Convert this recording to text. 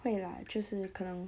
会 lah 就是可能